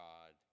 God